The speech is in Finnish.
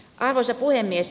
arvoisa puhemies